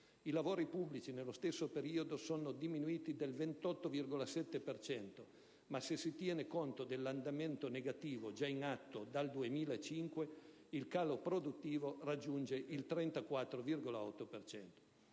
I lavori pubblici, nello stesso periodo, sono diminuiti del 28,7 per cento, ma, se si tiene conto dell'andamento negativo già in atto dal 2005, il calo produttivo raggiunge il 34,8